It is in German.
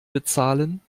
bezahlen